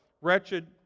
wretched